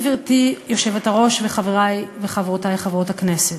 גברתי היושבת-ראש וחברי וחברותי חברות הכנסת,